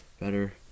better